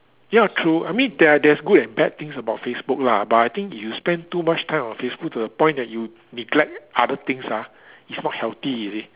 ya true I mean there there is good and bad things about Facebook lah but I think if you spend too much time on Facebook to the point that you neglect other things ah it's not healthy you see